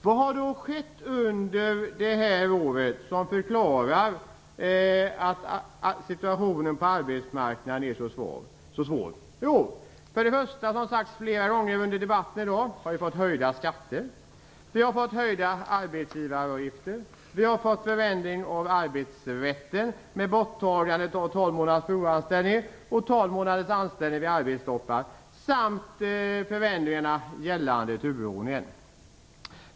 Vad har då skett under det här året som förklarar att situationen på arbetsmarknaden är så svår? Som sagts flera gånger under debatten i dag har vi fått höjda skatter. Vi har fått höjda arbetsgivaravgifter, en förändring av arbetsrätten med borttagandet av 12 månaders provanställning och 12 månaders anställning vid arbetstoppar samt förändringar när det gäller turordningen.